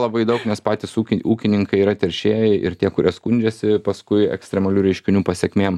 labai daug nes patys ūkin ūkininkai yra teršėjai ir tie kurie skundžiasi paskui ekstremalių reiškinių pasekmėm